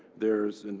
there's,